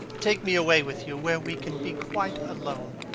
take me away with you, where we can be quite alone.